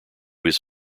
his